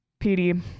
PD